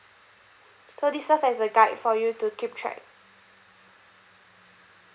so this serve as a guide for you to keep track